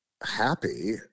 happy